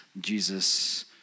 Jesus